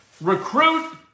Recruit